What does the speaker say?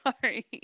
Sorry